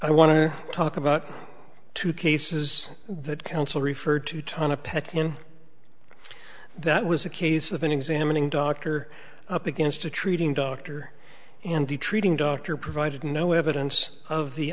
i want to talk about two cases that counsel referred to turn a pet him that was a case of an examining doctor up against a treating doctor and the treating doctor provided no evidence of the